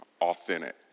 authentic